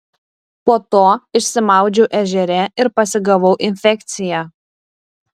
po to išsimaudžiau ežere ir pasigavau infekciją